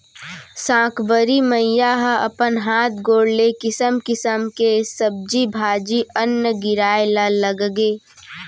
साकंबरी मईया ह अपन हात गोड़ ले किसम किसम के सब्जी भाजी, अन्न गिराए ल लगगे